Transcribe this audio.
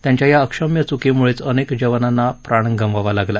त्यांच्या या अक्षम्य चुकीमुळेच अनेक जवानांना प्राण गमवावा लागला